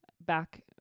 back